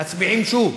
מצביעים שוב.